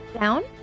down